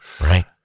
Right